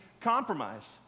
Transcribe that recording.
compromise